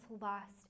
lost